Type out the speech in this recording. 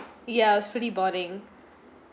yeah was pretty boring